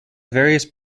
various